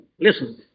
Listen